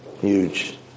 Huge